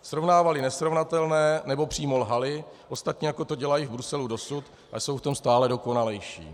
Srovnávali nesrovnatelné, nebo přímo lhali, ostatně jako to dělají v Bruselu dosud a jsou v tom stále dokonalejší.